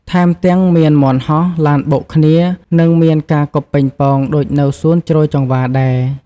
ថែមទាំង មានមាន់ហោះ ឡានបុកគ្នា និងមានការគប់ប៉េងប៉ោងដូចនៅសួនជ្រោយចង្វារដែរ។